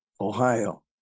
Ohio